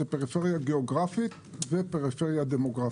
זה פריפריה גיאוגרפית ופריפריה דמוגרפית.